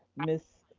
ms.